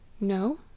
No